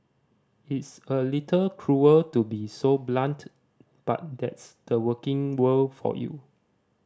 it's a little cruel to be so blunt but that's the working world for you